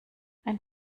ein